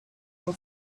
her